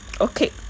Okay